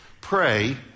Pray